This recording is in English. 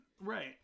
Right